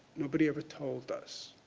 nobody ever told us.